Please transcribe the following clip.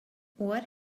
what